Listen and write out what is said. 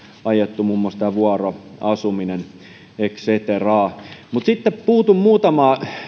ajettu muun muassa tämä vuoroasuminen et cetera mutta sitten puutun muutamaan